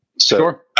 Sure